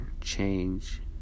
change